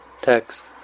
text